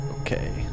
Okay